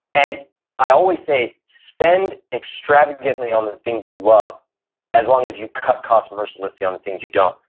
and i always say, spend extravagantly on the things you love as long as you cut cost mercilessly on the things you don't.